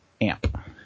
Amp